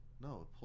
No